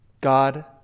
God